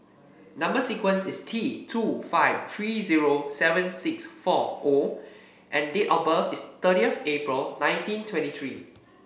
number sequence is T two five three zero seven six four O and date of birth is thirtieth April nineteen twenty three